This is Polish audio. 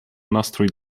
nastrój